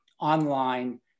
online